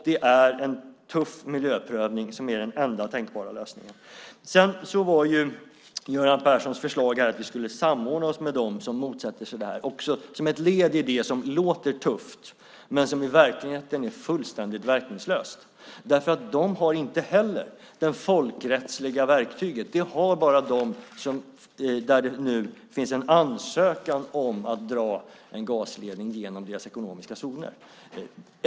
Det är en tuff miljöprövning som är den enda tänkbara lösningen. Sedan var Göran Perssons förslag här att vi skulle samordna oss med dem som motsätter sig detta som ett led i något som låter tufft men som i verkligheten är fullständigt verkningslöst. De har inte heller det folkrättsliga verktyget. Det har bara de som nu har fått en ansökan om att man ska få dra en gasledning genom deras ekonomiska zoner.